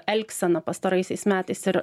elgseną pastaraisiais metais ir